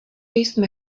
jsme